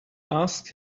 asked